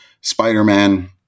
Spider-Man